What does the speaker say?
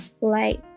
light